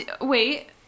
Wait